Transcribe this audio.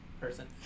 person